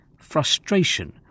frustration